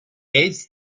eighth